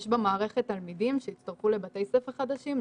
יש במערכת תלמידים שהצטרפו לבתי ספר חדשים,